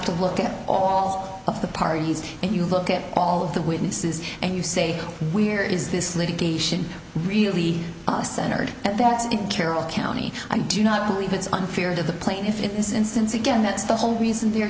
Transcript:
and look at all of the parties and you look at all of the witnesses and you say where is this litigation really centered and that's in carroll county i do not believe it's unfair to the plaintiff in this instance again that's the whole reason their